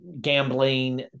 gambling